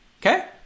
Okay